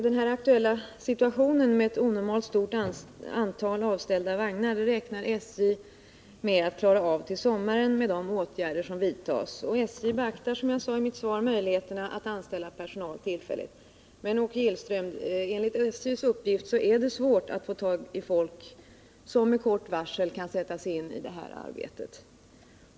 Den aktuella situationen med ett onormalt stort antal avställda vagnar räknar SJ med att klara av till sommaren med de åtgärder som vidtas. SJ beaktar dessutom, som jag sade i mitt svar, möjligheterna att anställa personal tillfälligt. Men det är, Åke Gillström, enligt uppgifter från SJ svårt att få folk som med kort varsel kan sättas in i det här arbetet.